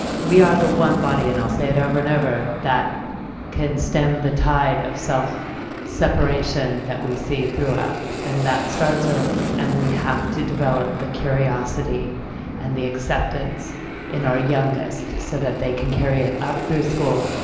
we are the one body and i will say it over and over, that can stem the tide of self separation that we see throughout. and that starts early. and we have to develop the curiosity and the acceptance in our youngest so that they can carry it through school,